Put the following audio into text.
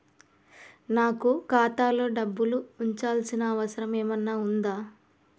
నాకు ఖాతాలో డబ్బులు ఉంచాల్సిన అవసరం ఏమన్నా ఉందా?